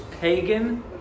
pagan